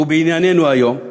ובענייננו היום,